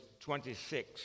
26